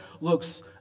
looks